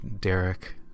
Derek